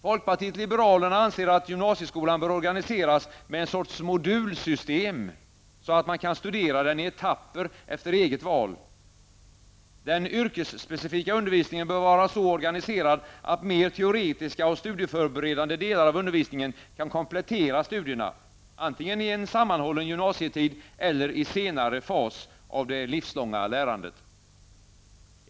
Folkpartiet liberalerna anser att gymnasieskolan bör organiseras med en sorts modulsystem, så att man kan studera den i etapper efter eget val. Den yrkesspecifika undervisningen bör vara så organiserad, att mer teoretiska och studieförberedande delar av undervisningen kan komplettera studierna -- antingen i en sammanhållen gymnasietid eller i senare fas av det livslånga lärandet.